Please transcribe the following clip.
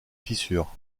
fissures